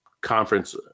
conference